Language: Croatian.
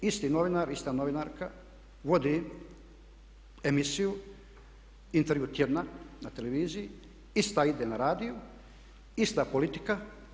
Isti novinar, ista novinarka vodi emisiju, intervju tjedna na televiziji, ista ide na radiju, ista politika.